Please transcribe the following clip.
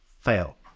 Fail